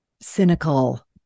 cynical